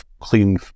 clean